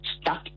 stuck